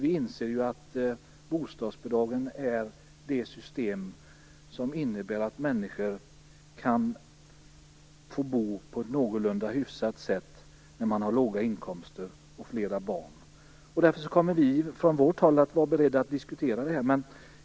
Vi inser att systemet med bostadsbidrag innebär att människor kan få bo någorlunda hyfsat när man har låga inkomster och flera barn. Därför kommer vi från vårt håll att vara beredda att diskutera detta.